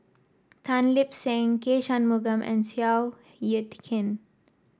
Tan Lip Seng K Shanmugam and Seow Yit Kin